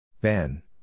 Ben